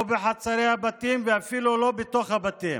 לא בחצרות הבתים ואפילו לא בתוך הבתים.